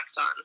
on